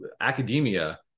academia